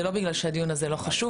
זה לא בגלל שהדיון הזה לא חשוב,